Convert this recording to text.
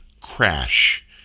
crash